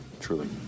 truly